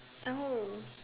oh